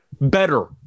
better